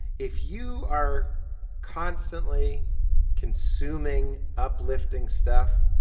if you are constantly consuming uplifting stuff,